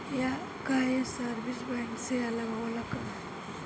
का ये service bank से अलग होला का?